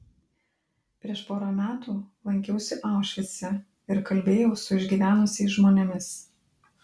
prieš porą metų lankiausi aušvice ir kalbėjau su išgyvenusiais žmonėmis